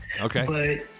Okay